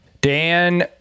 Dan